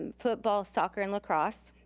um football, soccer and lacrosse.